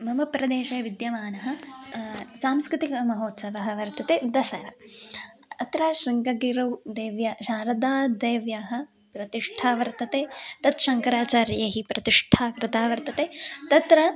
मम प्रदेशे विद्यमानः सांस्कृतिकमहोत्सवः वर्तते दसरा अत्र शृङ्गगिरौ देव्याः शारदादेव्याः प्रतिष्ठा वर्तते तत् शङ्कराचार्यैः प्रतिष्ठा कृता वर्तते तत्र